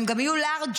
הם גם יהיו לארג'ים,